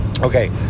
Okay